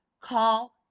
call